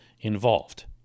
involved